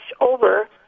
over